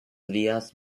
vías